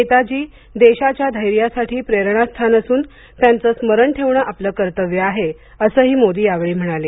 नेताजी देशाच्या धैर्यासाठी प्रेरणास्थान असून त्यांचे स्मरण ठेवणे आपले कर्तव्य आहे असंही मोदी यावेळी म्हणाले